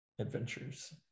adventures